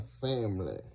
family